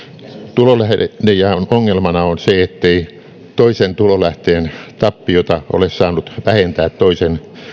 tulolähdejaon ongelmana on se ettei toisen tulolähteen tappiota ole saanut vähentää toisen